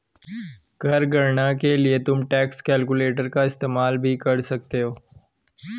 कर गणना के लिए तुम टैक्स कैलकुलेटर का इस्तेमाल भी कर सकते हो